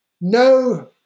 no